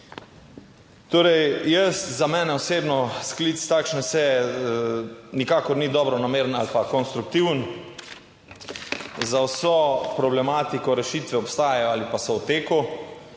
Torej jaz, za mene osebno sklic takšne seje nikakor ni dobronameren ali pa konstruktiven. Za vso problematiko rešitve obstajajo ali pa so v teku.